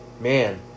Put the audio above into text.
man